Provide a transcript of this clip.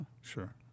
sure